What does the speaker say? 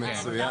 אוקיי זה